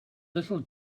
little